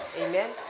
Amen